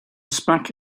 smack